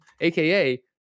aka